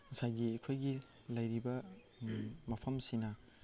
ꯉꯁꯥꯏꯒꯤ ꯑꯩꯈꯣꯏꯒꯤ ꯂꯩꯔꯤꯕ ꯃꯐꯝꯁꯤꯅ